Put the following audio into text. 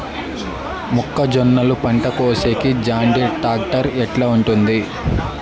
మొక్కజొన్నలు పంట కోసేకి జాన్డీర్ టాక్టర్ ఎట్లా ఉంటుంది?